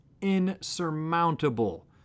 insurmountable